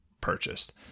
purchased